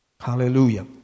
Hallelujah